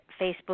Facebook